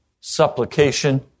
supplication